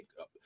up